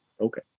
Okay